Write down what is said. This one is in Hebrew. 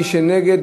מי שנגד,